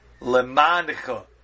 lemancha